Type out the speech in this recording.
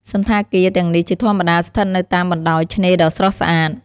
សណ្ឋាគារ ទាំងនេះជាធម្មតាស្ថិតនៅតាមបណ្តោយឆ្នេរដ៏ស្រស់ស្អាត។